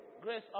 Grace